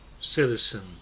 citizen